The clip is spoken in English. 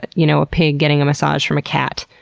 but you know a pig getting a massage from a cat.